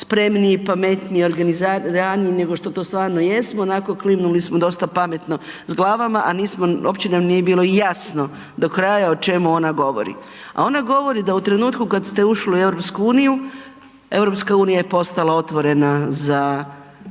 spremniji, pametniji, organiziraniji nego što to stvarno jesmo, onako, klimnuli smo dosta pametno s glavama, a nismo, uopće nam nije bilo jasno do kraja o čemu ona govori, a ona govori da u trenutku kad ste ušli u EU, EU je postala otvorena za